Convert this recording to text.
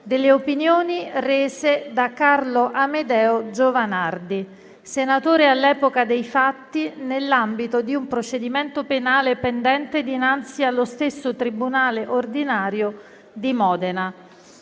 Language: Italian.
delle opinioni rese da Carlo Amedeo Giovanardi, senatore all'epoca dei fatti, nell'ambito di un procedimento penale pendente dinanzi allo stesso tribunale ordinario di Modena.